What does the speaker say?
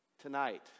tonight